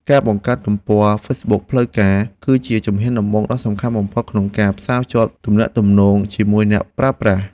ការបង្កើតទំព័រហ្វេសប៊ុកផ្លូវការ គឺជាជំហានដំបូងដ៏សំខាន់បំផុតក្នុងការផ្សារភ្ជាប់ទំនាក់ទំនងជាមួយអ្នកប្រើប្រាស់។